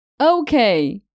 Okay